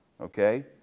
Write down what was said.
Okay